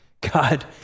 God